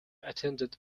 attended